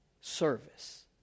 service